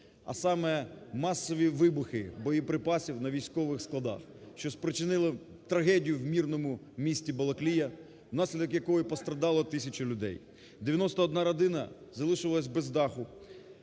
а саме масові вибухи боєприпасів на військових складах, що спричинило трагедію в мирному місті Балаклія, внаслідок якої постраждало тисячу людей. 91 родина залишилася без даху,